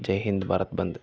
ಜಯ್ ಹಿಂದ್ ಭಾರತ್ ಬಂದ್